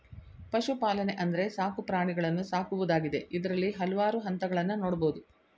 ಪಶುಪಾಲನೆ ಅಂದ್ರೆ ಸಾಕು ಪ್ರಾಣಿಗಳನ್ನು ಸಾಕುವುದಾಗಿದೆ ಇದ್ರಲ್ಲಿ ಹಲ್ವಾರು ಹಂತಗಳನ್ನ ನೋಡ್ಬೋದು